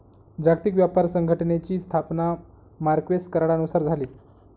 जागतिक व्यापार संघटनेची स्थापना मार्क्वेस करारानुसार झाली